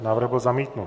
Návrh byl zamítnut.